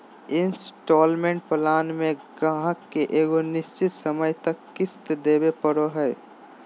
instalment plan मे गाहक के एगो निश्चित समय तक किश्त देवे पड़ो हय